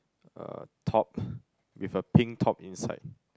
uh top with a pink top inside